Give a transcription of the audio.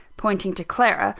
pointing to clara,